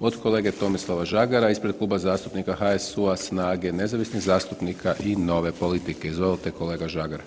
od kolege Tomislava Žagara, ispred Kluba zastupnika HSU-a, SNAGA-e, nezavisnih zastupnika i Nove politike, izvolite kolega Žagar.